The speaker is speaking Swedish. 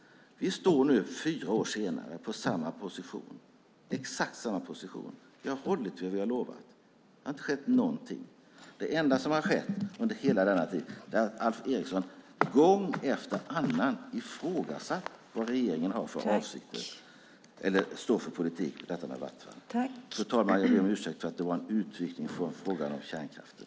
Vi står nu fyra år senare på exakt samma position. Vi har hållit vad vi har lovat. Det har inte skett någonting. Det enda som har skett under hela denna tid är att Alf Eriksson gång efter annan ifrågasatt vad regeringen har för avsikter eller vilken politik man står för när det gäller detta med Vattenfall. Fru talman! Jag ber om ursäkt för att det var en utvikning från frågan om kärnkraften.